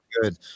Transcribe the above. good